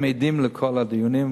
הם עדים לכל הדיונים.